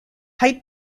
height